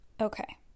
Okay